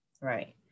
Right